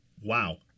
wow